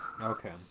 Okay